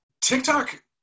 TikTok